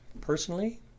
Personally